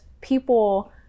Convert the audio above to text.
people